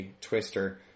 twister